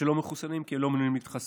שלא מחוסנים, כי הם לא מעוניינים להתחסן.